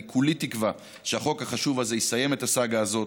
אני כולי תקווה שהחוק החשוב הזה יסיים את הסאגה הזאת,